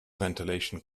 ventilation